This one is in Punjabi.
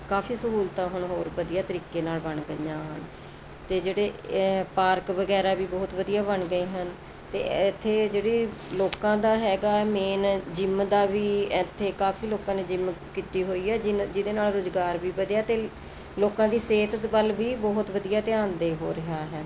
ਕਾਫ਼ੀ ਸਹੂਲਤਾਂ ਹੁਣ ਹੋਰ ਵਧੀਆ ਤਰੀਕੇ ਨਾਲ ਬਣ ਗਈਆਂ ਹਨ ਤੇ ਜਿਹੜੇ ਪਾਰਕ ਵਗੈਰਾ ਵੀ ਬਹੁਤ ਵਧੀਆ ਬਣ ਗਏ ਹਨ ਤੇ ਇੱਥੇ ਜਿਹੜੀ ਲੋਕਾਂ ਦਾ ਹੈਗਾ ਮੇਨ ਜਿੰਮ ਦਾ ਵੀ ਇੱਥੇ ਕਾਫ਼ੀ ਲੋਕਾਂ ਨੇ ਜਿੰਮ ਕੀਤੀ ਹੋਈ ਹੈ ਜਿਨ ਜਿਹਦੇ ਨਾਲ ਰੁਜ਼ਗਾਰ ਵੀ ਵਧਿਆ ਤੇ ਲੋਕਾਂ ਦੀ ਸਿਹਤ ਵੱਲ ਵੀ ਬਹੁਤ ਵਧੀਆ ਧਿਆਨ ਦੇ ਹੋ ਰਿਹਾ ਹੈ